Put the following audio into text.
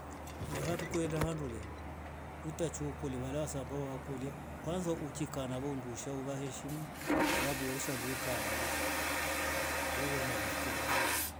He handu ukaenda handu leh utakiwe ukole ambao uwakola kwasa ukawe nawo undusha kwasa uwaeshimu wakurore shandu wekaa nawo rafiki safo hao.